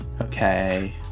Okay